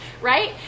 right